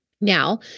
Now